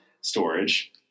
storage